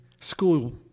school